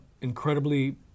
incredibly